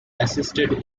assisted